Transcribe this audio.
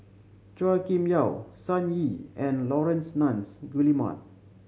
Chua Kim Yeow Sun Yee and Laurence Nunns Guillemard